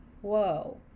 Whoa